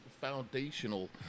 foundational